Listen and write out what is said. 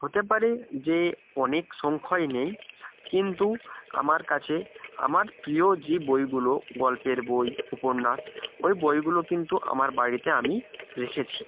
হতে পারে যে অনেক সংখ্যয় নেই কিন্তু আমার কাছে আমার প্রিয় যে বইগুলো গল্পের বই উপন্যাস ওই বইগুলো কিন্তু আমার বাড়িতে আমি রেখেছি